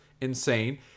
insane